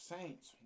Saints